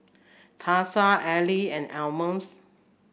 Tasha Ella and Almus